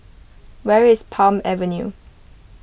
where is Palm Avenue